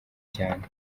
cyane